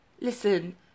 listen